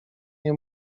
nie